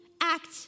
act